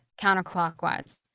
counterclockwise